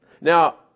Now